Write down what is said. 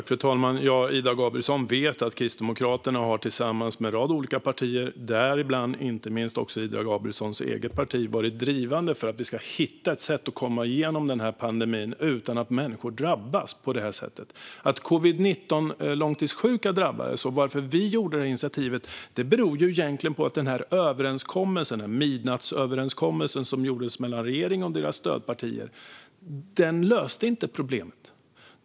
Fru talman! Ida Gabrielsson vet att Kristdemokraterna tillsammans med en rad olika partier, däribland inte minst hennes eget parti, har varit drivande för att vi ska hitta ett sätt att komma igenom pandemin utan att människor drabbas på det här sättet. Att covid-19-långtidssjuka drabbades och att vi tog detta initiativ berodde egentligen på att den här överenskommelsen, midnattsöverenskommelsen, som gjordes mellan regeringen och dess stödpartier, inte löste problemet.